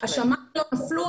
השמים לא נפלו,